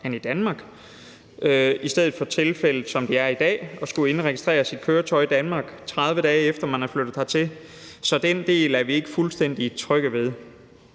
end i Danmark i stedet for, som det er tilfældet i dag, at skulle indregistrere sit køretøj i Danmark, 30 dage efter at man er flyttet hertil. Så den del er vi ikke fuldstændig trygge ved.